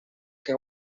que